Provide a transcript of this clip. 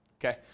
Okay